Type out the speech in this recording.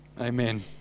Amen